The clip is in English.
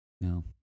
No